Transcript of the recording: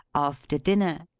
after dinner,